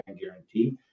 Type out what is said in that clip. guarantee